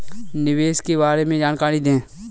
निवेश के बारे में जानकारी दें?